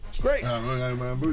Great